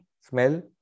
smell